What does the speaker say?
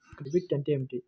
Debit అంటే ఏమిటి?